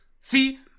See